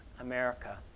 America